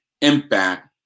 impact